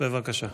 בבקשה.